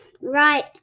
right